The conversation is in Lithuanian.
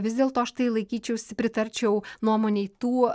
vis dėlto aš tai laikyčiausi pritarčiau nuomonei tų